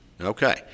Okay